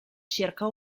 circa